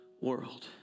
world